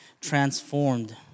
transformed